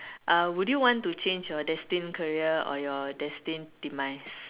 uh would you want to change your destined career or your destined demise